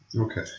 Okay